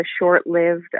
short-lived